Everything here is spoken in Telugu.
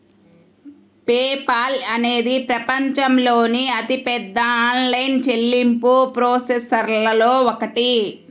పే పాల్ అనేది ప్రపంచంలోని అతిపెద్ద ఆన్లైన్ చెల్లింపు ప్రాసెసర్లలో ఒకటి